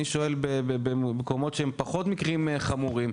אני שואל על מקומות שהם פחות מקרים חמורים.